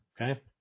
Okay